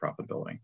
profitability